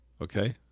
okay